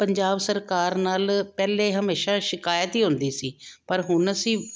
ਪੰਜਾਬ ਸਰਕਾਰ ਨਾਲ ਪਹਿਲੇ ਹਮੇਸ਼ਾ ਸ਼ਿਕਾਇਤ ਹੀ ਹੁੰਦੀ ਸੀ ਪਰ ਹੁਣ ਅਸੀਂ